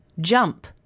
jump